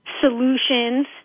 Solutions